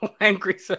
angry